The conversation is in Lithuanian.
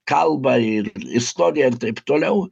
kalbą ir istoriją ir taip toliau